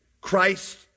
Christ